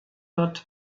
wird